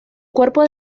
cuerpo